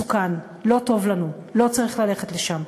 מסוכן, לא טוב לנו, לא צריך ללכת לשם.